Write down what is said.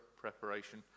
preparation